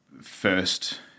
first